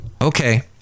Okay